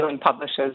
publishers